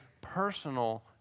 personal